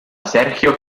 sergio